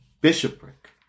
bishopric